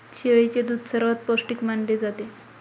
शेळीचे दूध सर्वात पौष्टिक मानले जाते